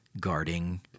guarding